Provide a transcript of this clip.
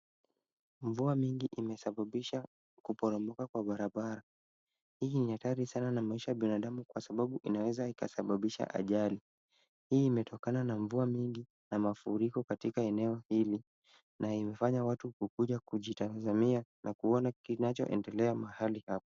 Mvua mingi imesababisha kuporomoka kwa barabara. Hii ni hatari sana na maisha ya binadamu kwa sababu inaweza ikasababisha ajali. Hii imetokana na mvua mingi na mafuriko katika eneo hili na imefanya watu kukuja kujitazamia na kuona kinachoendelea mahali hapa.